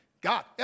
God